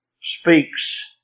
speaks